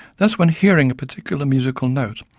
thus when hearing a particular musical note,